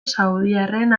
saudiarren